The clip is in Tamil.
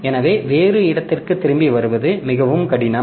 எனவே வேறு இடத்திற்கு திரும்பி வருவது மிகவும் கடினம்